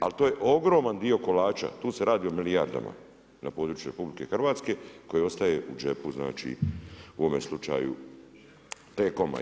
Ali to je ogroman dio kolača, tu se radi o milijardama, na području RH koji ostaje u džepu, znači, u ovome slučaju T-COM-a.